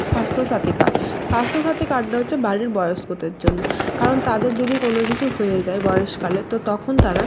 Swasthya Sathi card Swasthyasathi কার্ডটা হচ্ছে বাড়ির বয়স্কদের জন্য কারণ তাদের যদি কোনো কিছু হয়ে যায় বয়সকালে তো তখন তারা